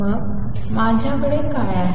मग माझ्याकडे काय आहे